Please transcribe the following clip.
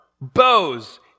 bows